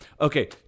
Okay